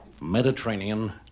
Mediterranean